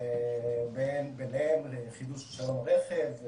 ביניהם לחידוש רישיון רכב,